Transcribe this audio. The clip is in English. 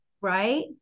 Right